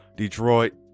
Detroit